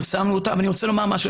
אני רוצה לומר משהו,